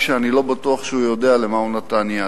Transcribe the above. כשאני לא בטוח שהוא יודע למה הוא נתן יד.